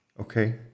Okay